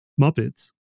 Muppets